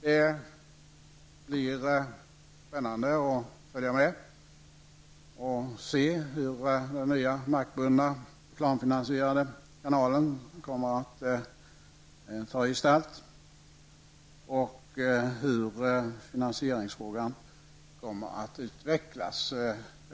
Det blir spännande att följa utvecklingen och se hur den nya markbundna reklamfinanserade kanalen kommer att ta gestalt och hur finansieringsfrågan kommer att lösas.